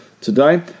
today